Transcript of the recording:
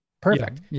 perfect